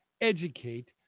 educate